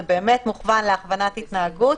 זה באמת מוכוון להכוונת התנהגות,